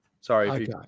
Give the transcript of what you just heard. sorry